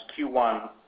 Q1